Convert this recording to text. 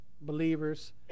believers